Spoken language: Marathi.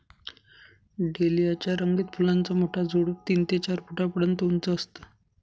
डेलिया च्या रंगीत फुलांचा मोठा झुडूप तीन ते चार फुटापर्यंत उंच असतं